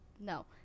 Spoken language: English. No